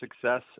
success